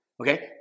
Okay